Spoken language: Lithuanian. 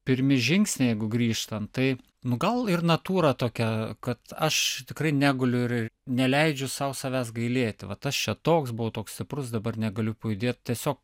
pirmi žingsniai jeigu grįžtant tai nu gal ir natūra tokia kad aš tikrai neguliu ir neleidžiu sau savęs gailėti vat aš čia toks buvau toks stiprus dabar negaliu pajudėt tiesiog